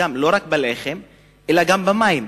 לא רק בלחם אלא גם במים,